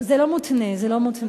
זה לא מותנה, זה לא מותנה.